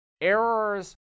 errors